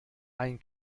ein